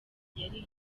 yari